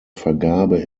vergabe